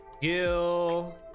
Gil